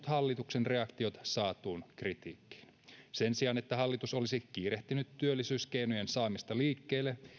hallituksen reaktiot saatuun kritiikkiin sen sijaan että hallitus olisi kiirehtinyt työllisyyskeinojen saamista liikkeelle